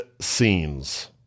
scenes